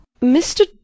mr